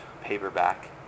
paperback